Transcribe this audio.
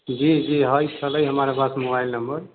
जी जी है छलै हमरा पास मोबाइल नम्बर